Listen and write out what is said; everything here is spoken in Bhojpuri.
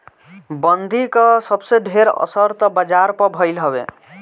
बंदी कअ सबसे ढेर असर तअ बाजार पअ भईल हवे